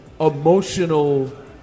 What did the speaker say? emotional